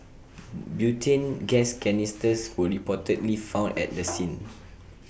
butane gas canisters were reportedly found at the scene